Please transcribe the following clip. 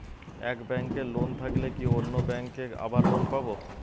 এক ব্যাঙ্কে লোন থাকলে কি অন্য ব্যাঙ্কে আবার লোন পাব?